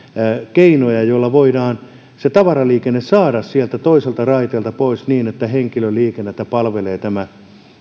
keinoja joilla voidaan se tavaraliikenne saada sieltä toiselta raiteelta pois niin että tämä palvelee henkilöliikennettä